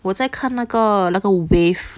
我在看那个那个 wave